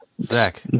Zach